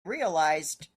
realized